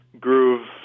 groove